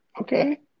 Okay